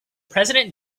president